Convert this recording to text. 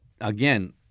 again